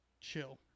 chill